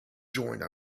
join